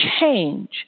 Change